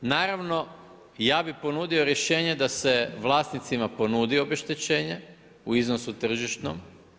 Naravno ja bih ponudio rješenje da se vlasnicima ponudi obeštećenje u iznosu tržišnom.